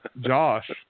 Josh